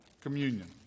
communion